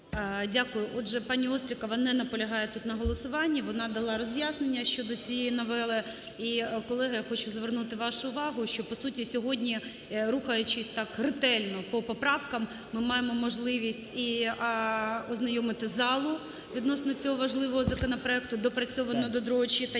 Дякую. Отже, пані Острікова не наполягає тут на голосуванні, вона дала роз'яснення щодо цієї новели. І, колеги, я хочу звернути вашу увагу, що, по суті, сьогодні рухаючись так ретельно по поправкам, ми маємо можливість і ознайомити залу відносно цього важливого законопроекту, допрацьованого до другого